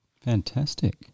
Fantastic